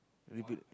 repeat